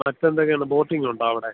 മറ്റ് എന്തൊക്കെയാണ് ബോട്ടിംഗ് ഉണ്ടോ അവിടെ